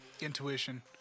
intuition